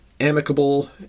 amicable